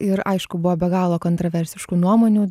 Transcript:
ir aišku buvo be galo kontroversiškų nuomonių